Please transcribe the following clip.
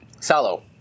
Salo